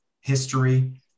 History